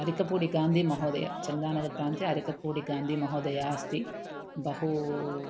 अरेकपूडिगान्धिमहोदयः चन्दानगरप्रान्ते अरेकपूडिगान्धिमहोदयः अस्ति बहु